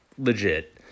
Legit